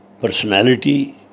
personality